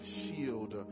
shield